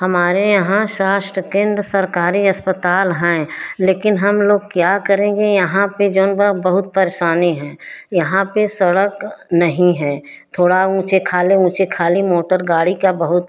हमारे यहाँ स्वास्थ केंद्र सरकारी अस्पताल हैं लेकिन हम लोग क्या करेंगे यहाँ पर जौन बा बहुत परेशानी है यहाँ पर सड़क नहीं है थोड़ा ऊँचे खाले ऊँचे खाली मोटर गाड़ी का बहुत